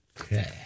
Okay